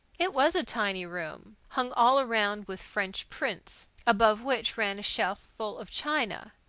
it was a tiny room, hung all round with french prints, above which ran a shelf full of china.